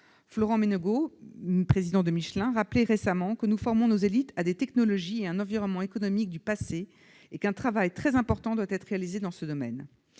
Florent Menegaux, président de Michelin, a rappelé récemment que nous formons nos élites à des technologies et à un environnement économique du passé, et qu'un travail très important doit être réalisé dans ce domaine.